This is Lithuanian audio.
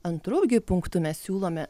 antru gi punktu mes siūlome